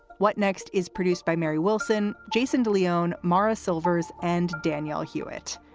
what next? is produced by mary wilson. jason de leon morris silvers and danielle hewitt.